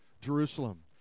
Jerusalem